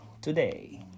today